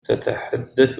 تتحدث